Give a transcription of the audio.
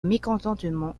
mécontentement